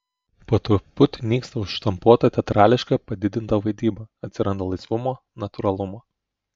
po truputį nyksta užštampuota teatrališka padidinta vaidyba atsiranda laisvumo natūralumo